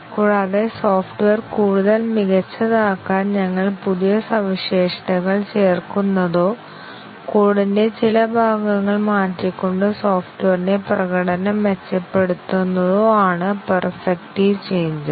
കൂടാതെ സോഫ്റ്റ്വെയർ കൂടുതൽ മികച്ചതാക്കാൻ ഞങ്ങൾ പുതിയ സവിശേഷതകൾ ചേർക്കുന്നതോ കോഡിന്റെ ചില ഭാഗങ്ങൾ മാറ്റിക്കൊണ്ട് സോഫ്റ്റ്വെയറിന്റെ പ്രകടനം മെച്ചപ്പെടുത്തുന്നതോ ആണ് പെർഫെക്റ്റീവ് ചേഞ്ചസ്